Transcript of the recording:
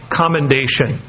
commendation